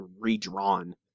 redrawn